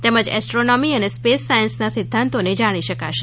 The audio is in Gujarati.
તેમજ એસ્ટ્રોનોમી અને સ્પેસ સાયન્સના સિદ્ધાંતોને જાણી શકાશે